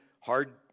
hard